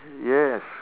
yes